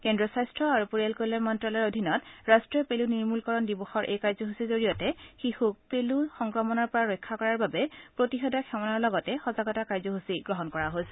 কেন্দ্ৰীয় স্বাস্থ্য আৰু পৰিয়াল কল্যাণ মন্ত্যালয়ৰ অধীনত ৰাষ্ট্ৰীয় পেলু নিৰ্মলকৰণ দিৱসৰ এই কাৰ্যসূচীৰ জৰিয়তে শিশুক পেলু সংক্ৰমণৰ পৰা ৰক্ষা কৰাৰ বাবে প্ৰতিষেধক সেৱনৰ লগতে সজাগতা কাৰ্যসূচী গ্ৰহণ কৰা হৈছে